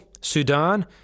Sudan